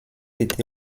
été